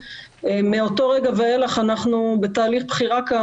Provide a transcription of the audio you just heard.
מאותו רגע ואילך אנחנו בתהליך בחירה של